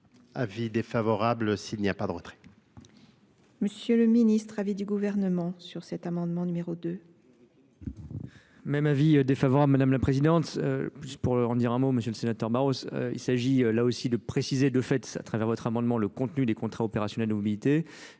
avis défavorable s'il n'y a pas de retrait. M. le Ministre, avis du Gouvernement sur cet amendement numéro deux Même avis défavorable, Mᵐᵉ la Présidente, puis pour en dire un mot, M. le sénateur Barros, il s'agit là aussi de préciser de fait, à travers votre amendement le contenu des contrats opérationnels mobilité,